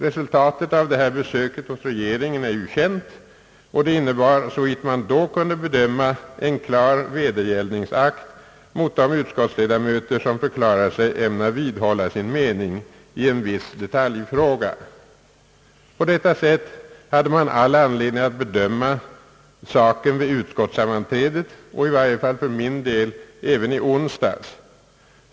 Resultatet av besöket hos regeringen är ju känt och det innebar, såvitt man då kunde bedöma, en klar vedergällningsakt mot de utskottsledamöter som förklarat sig ämna vidhålla sin mening i en viss detaljfråga. Vid utskottssammanträdet hade man all anledning att bedöma saken på detta sätt. Det hade man, i varje fall enligt min uppfattning, all anledning att göra även i onsdags.